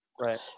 Right